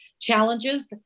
challenges